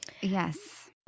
yes